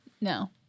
No